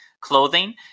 clothing